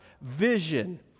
vision